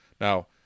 Now